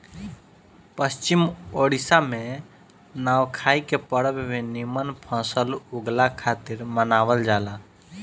पश्चिम ओडिसा में नवाखाई के परब भी निमन फसल उगला खातिर मनावल जाला